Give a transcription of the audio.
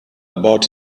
about